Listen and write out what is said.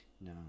No